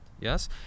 yes